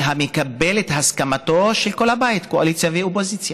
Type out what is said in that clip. שמקבל את הסכמת כל הבית, קואליציה ואופוזיציה,